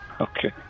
Okay